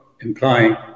implying